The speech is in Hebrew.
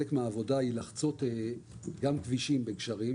מהעבודה היא גם לחצות כבישים וגשרים,